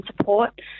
support